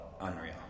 unreal